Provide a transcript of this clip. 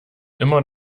immer